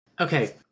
Okay